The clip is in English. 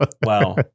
Wow